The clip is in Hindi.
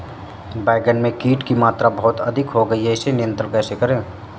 बैगन में कीट की मात्रा बहुत अधिक हो गई है इसे नियंत्रण कैसे करें?